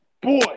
Boy